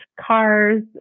cars